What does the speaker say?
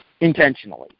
intentionally